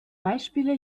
beispiele